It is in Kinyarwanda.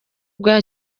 bwa